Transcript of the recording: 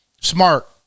Smart